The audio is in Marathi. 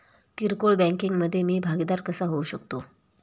किरकोळ बँकिंग मधे मी भागीदार कसा होऊ शकतो?